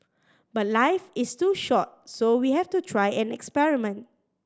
but life is too short so we have to try and experiment